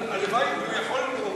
הלוואי שיכולנו,